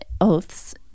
Oaths